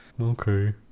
okay